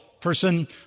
person